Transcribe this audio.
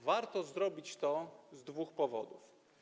Warto zrobić to z dwóch powodów.